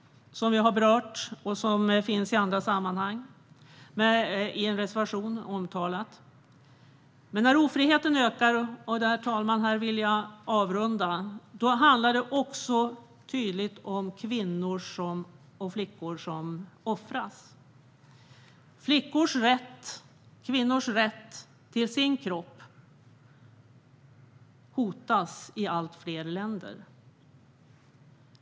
Det har vi berört, också i andra sammanhang, och det finns omtalat i en reservation. När ofriheten ökar, herr talman, handlar det också tydligt om att kvinnor och flickor offras. Kvinnors och flickors rätt till den egna kroppen hotas i allt fler länder.